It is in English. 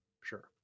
Sure